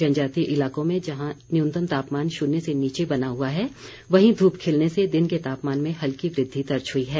जनजातीय इलाकों में जहां न्यूनतम तापमान शून्य से नीचे बना हुआ है वहीं धूप खिलने से दिन के तापमान में हल्की वृद्धि दर्ज हुई है